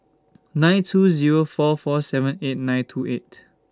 nine two Zero four four seven eight nine two eight